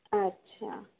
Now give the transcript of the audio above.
اچھا